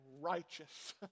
righteous